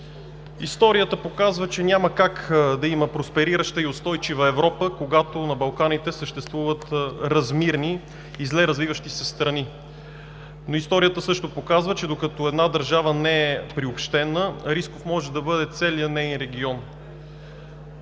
Историята показва, че няма как да има просперираща и устойчива Европа, когато на Балканите съществуват размирни и зле развиващи се страни. Историята също показва, че докато една държава не е приобщена, рисков може да бъде целият неин регион.